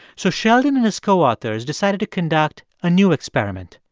so sheldon and his co-authors decided to conduct a new experiment.